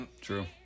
True